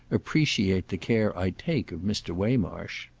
appreciate the care i take of mr. waymarsh.